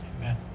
amen